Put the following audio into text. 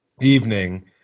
evening